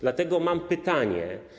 Dlatego mam pytanie: